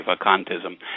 Vacantism